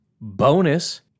bonus